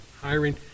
hiring